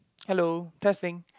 hello testing